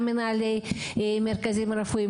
גם מנהלי מרכזים רפואיים,